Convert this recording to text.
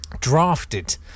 drafted